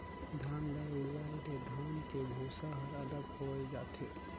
धान ल उड़वाए ले धान के भूसा ह अलग होए जाथे